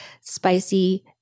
spicy